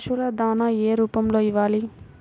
పశువుల దాణా ఏ రూపంలో ఇవ్వాలి?